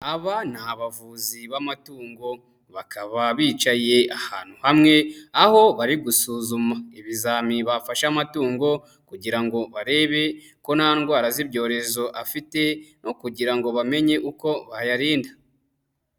Abana abavuzi b'amatungo bakaba bicaye ahantu hamwe aho bari gusuzuma ibizamini bafashe amatungo kugira ngo barebe ko nta ndwara z'ibyorezo afite, ni ukugira ngo bamenye uko bayarinda.